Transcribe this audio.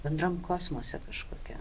bendram kosmose kažkokia